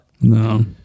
No